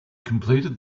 completed